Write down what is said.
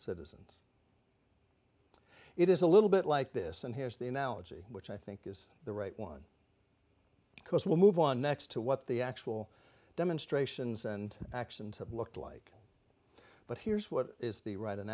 citizens it is a little bit like this and here's the analogy which i think is the right one because we'll move on next to what the actual demonstrations and actions have looked like but here's what is the right an